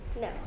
No